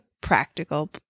practical